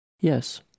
Yes